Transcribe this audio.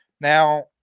Now